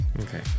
Okay